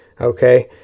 okay